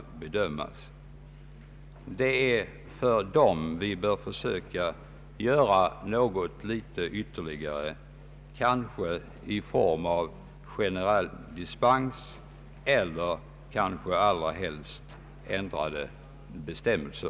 Det är för dem vi bör försöka göra något ytterligare, eventuellt i form av generell dispens eller — kanske allra helst — ändrade bestämmelser.